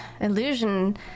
illusion